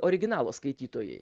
originalo skaitytojai